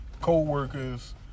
co-workers